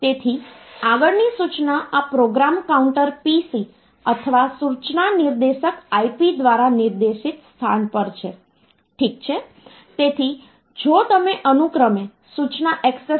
તેથી તે કમ્પ્યુટરની અંદર એક કેરેક્ટર તરીકે પ્રક્રિયા કરવામાં નથી આવતા પરંતુ તે માત્ર નંબર તરીકે સંગ્રહિત થાય છે